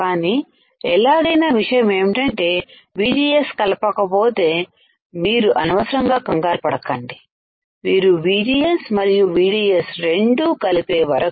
కానీ ఎలాగైనా విషయం ఏంటంటే VGS కలపకపోతే మీరు అనవసరంగా కంగారు పడకండి మీరు VGS మరియు VDS రెండు కలిపే వరకు